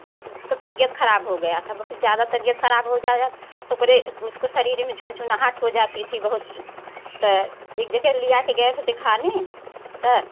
बहुत उसका तबीयत खराब हो गया था बहुत ज़्यादा तबीयत खराब हो जाया तो ओकरे उसके शरीर में झुनझुनाहट हो जाती थी बहुत त एक जगहा लिया कर गये थे दिखाने त